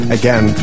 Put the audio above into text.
again